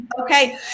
okay